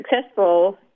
successful